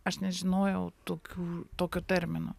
aš nežinojau tokių tokio termino